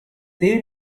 they